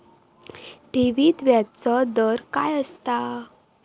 ठेवीत व्याजचो दर काय असता?